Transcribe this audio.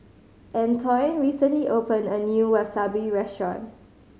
Antoine recently opened a new Wasabi Restaurant